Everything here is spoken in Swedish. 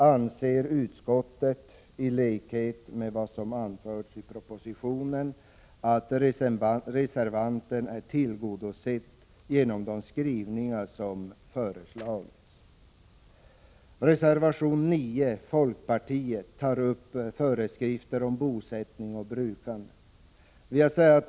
Utskottsmajoriteten anser i likhet med vad som anförts i propositionen att reservantens krav är tillgodosett genom de skrivningar som gjorts. 47 Reservation 9 från folkpartiet tar upp föreskrifter om bosättning och brukande.